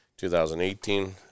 2018